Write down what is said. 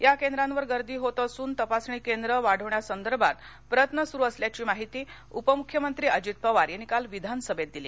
या केंद्रांवर गर्दी होत असून तपासणी केंद्र वाढवण्यासंदर्भात प्रयत्न सुरू असल्याची माहिती उपमुख्यमंत्री अजित पवार यांनी काल विधानसभेत दिली